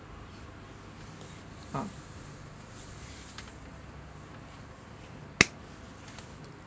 ah